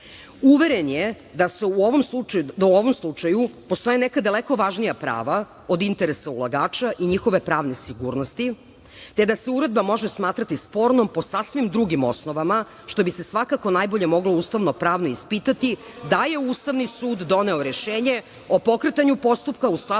je da u ovom slučaju postoje neka daleko važnija prava od interesa ulagača i njihove pravne sigurnosti, te da se uredba može smatrati spornom po sasvim drugim osnovama, što bi se svakako najbolje moglo ustavno-pravno ispitati da je Ustavni sud doneo rešenje o pokretanju postupka u skladu